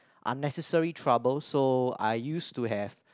unnecessary trouble so I use to have